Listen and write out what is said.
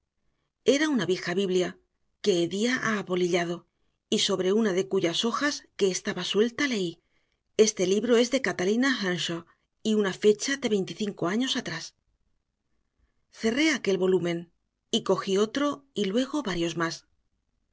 era una vieja biblia que hedía a apolillado y sobre una de cuyas hojas que estaba suelta leí este libro es de catalina earnshaw y una fecha de veinticinco años atrás cerré aquel volumen y cogí otro y luego varios más